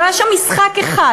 לא היה שם משחק אחד,